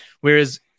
Whereas